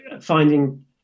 finding